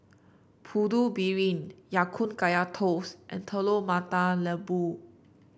Putu Piring Ya Kun Kaya Toast and Telur Mata Lembu